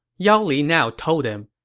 yao li now told him,